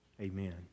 Amen